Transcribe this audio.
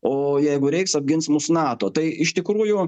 o jeigu reiks apgins mus nato tai iš tikrųjų